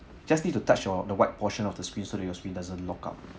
just need to touch your the white portion of the screen so that your screen doesn't lock up